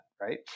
right